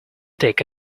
take